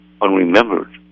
unremembered